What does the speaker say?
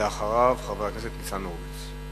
ואחריו, חבר הכנסת ניצן הורוביץ.